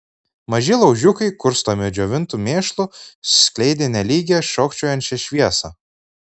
maži laužiukai kurstomi džiovintu mėšlu skleidė nelygią šokčiojančią šviesą